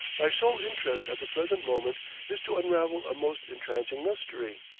my sole interest at the present moment is to unravel a most entrancing mystery